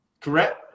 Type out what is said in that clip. Correct